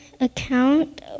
account